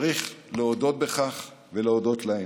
צריך להודות בכך ולהודות להם.